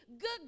good